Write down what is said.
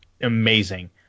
amazing